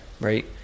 Right